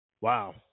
wow